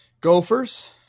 Gophers